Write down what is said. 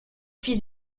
fils